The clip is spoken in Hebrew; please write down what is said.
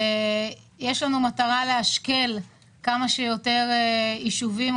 יש לנו מטרה לאשכל כמה שיותר יישובים,